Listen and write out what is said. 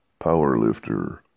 powerlifter